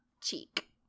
cheek